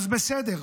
אז בסדר.